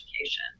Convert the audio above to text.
education